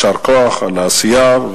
יישר כוח על העשייה,